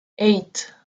eight